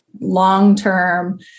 long-term